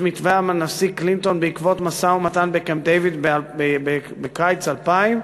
מתווה הנשיא קלינטון בעקבות המשא-ומתן בקמפ-דייוויד בקיץ 2000,